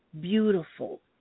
beautiful